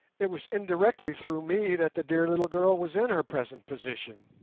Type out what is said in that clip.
it was indirectly through me that the dear little girl was in her present position.